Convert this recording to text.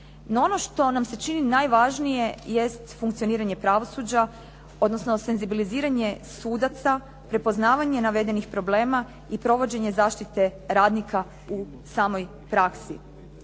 ono što nam se čini najvažnije jest funkcioniranje pravosuđa, odnosno senzibilizirane sudaca, prepoznavanje navedenih problema i provođenje zaštite radnika u samoj praksi.